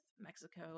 Mexico